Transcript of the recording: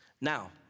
Now